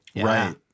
right